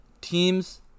teams